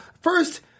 First